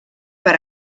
per